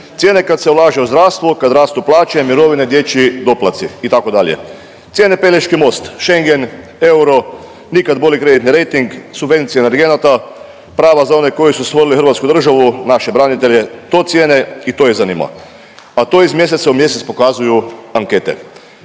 cijene kad se ulaže u zdravstvo, kad rastu plaće, mirovine, dječji doplatci itd., cijene Pelješki most, Schengen, euro, nikad bolji kreditni rejting, subvencije energenata, prava za one koji su stvorili hrvatsku državu, naše branitelje, to cijene i to ih zanima, a to iz mjeseca u mjesec pokazuju ankete.